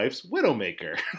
Widowmaker